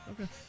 Okay